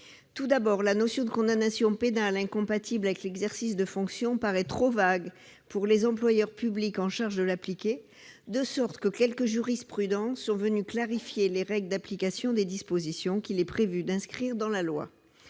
Tout d'abord, la notion de condamnation pénale incompatible avec l'exercice de fonctions paraît trop vague pour les employeurs publics chargés de l'appliquer, de sorte que quelques jurisprudences sont venues clarifier les règles d'application des dispositions qu'il est prévu d'inscrire dans la loi.